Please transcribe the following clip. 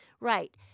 Right